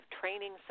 Training